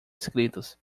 escritos